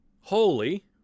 holy